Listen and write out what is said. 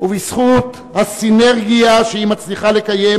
ובזכות הסינרגיה שהיא מצליחה לקיים,